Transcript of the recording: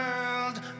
world